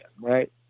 right